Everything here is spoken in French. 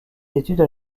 études